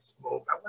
smoke